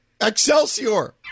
Excelsior